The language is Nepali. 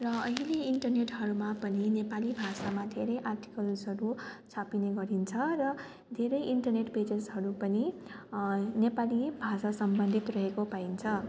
र अहिले इन्टरनेटहरूमा पनि नेपाली भाषामा धेरै आर्टिकल्सहरू छापिने गरिन्छ र धेरै इन्टरनेट पेजेसहरू पनि नेपाली भाषा सम्बन्धित रहेको पाइन्छ